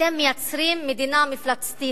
אתם מייצרים מדינה מפלצתית,